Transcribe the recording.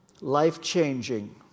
life-changing